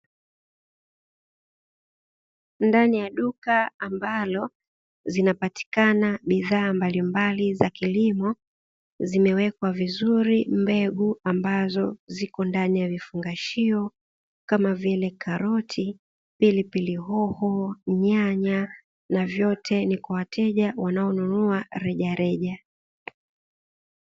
Ndani ya duka ambalo zinapatikana bidhaa mbalimbali za kilimo zimewekwa vizuri mbegu ambazo zipo ndani ya vifungashio kama vile, karoti, pilipili hoho, nyanya na vyote ni kwa wateja wanao nunua rejereja.